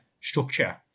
structure